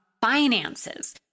finances